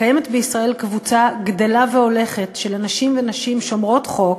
קיימת בישראל קבוצה גדלה והולכת של אנשים ונשים שומרות חוק,